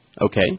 Okay